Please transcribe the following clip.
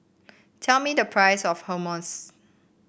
tell me the price of Hummus